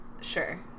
Sure